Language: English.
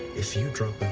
if you drop but